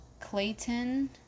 Clayton